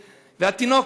והתינוק,